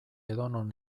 edonon